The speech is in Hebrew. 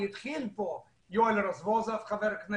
חבר הכנסת יואל רזבוזוב.